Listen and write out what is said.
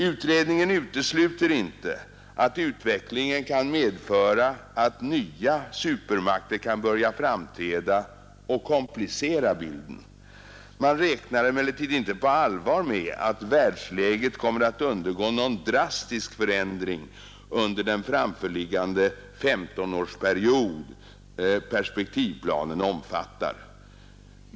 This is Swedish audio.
Utredningen utesluter inte att utvecklingen kan medföra att nya supermakter kan börja framträda och komplicera bilden. Man räknar emellertid inte på allvar med att världsläget kommer att undergå någon drastisk förändring under den framförliggande 15-årsperiod som perspektivplanen omfattar.